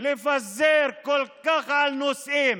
לפזר על כל כך הרבה נושאים